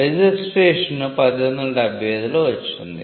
registration 1875 లో వచ్చింది